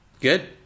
Good